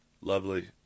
Lovely